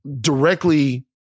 directly